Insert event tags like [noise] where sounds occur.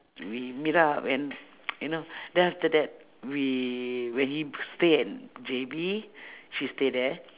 we meet up and [noise] you know then after that we when he stay at J_B she stay there